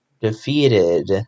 defeated